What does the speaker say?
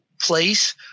place